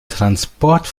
transport